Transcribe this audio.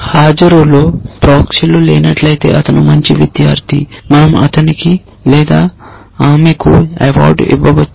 హాజరులో ప్రాక్సీలు లేనట్లయితే అతను మంచి విద్యార్థి మనం అతనికి లేదా ఆమెకు అవార్డు ఇవ్వవచ్చు